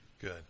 Good